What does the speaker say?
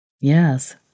Yes